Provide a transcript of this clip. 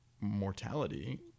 mortality